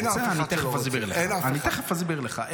אני תכף אסביר לך.